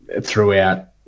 throughout